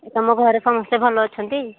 ଏ ତମ ଘରେ ସମସ୍ତେ ଭଲ ଅଛନ୍ତି